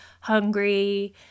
hungry